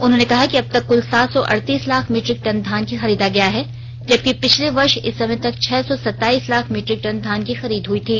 उन्होंने कहा कि अब तक कुल सात सौ अड़तीस लाख मीट्रिक टन धान खरीदा गया है जबकि पिछले वर्ष इस समय तक छह सौ सताइस लाख मीट्रिक टन धान की खरीद हई थी